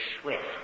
swift